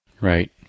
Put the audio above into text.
Right